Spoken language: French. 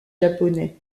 japonais